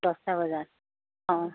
দহটা বজাত অঁ